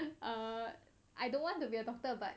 err I don't want to be a doctor but